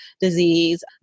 disease